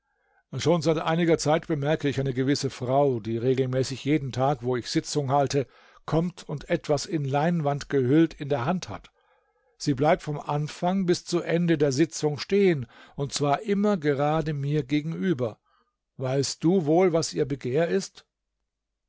schon seit einiger zeit bemerke ich eine gewisse frau die regelmäßig jeden tag wo ich sitzung halte kommt und etwas in leinwand eingehüllt in der hand hat sie bleibt vom anfang bis zu ende der sitzung stehen und zwar immer gerade mir gegenüber weißt du wohl was ihr begehr ist